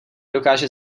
dokáže